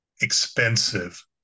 expensive